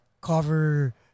cover